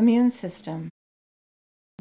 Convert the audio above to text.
immune system